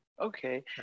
Okay